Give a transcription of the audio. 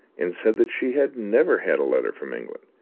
and said that she had never had a letter from england,